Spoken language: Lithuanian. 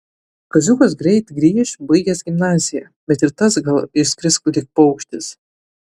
kaziukas greit grįš baigęs gimnaziją bet ir tas gal išskris lyg paukštis